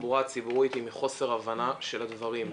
בתחבורה הציבורית היא מחוסר הבנה של הדברים.